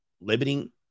limiting